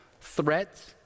threats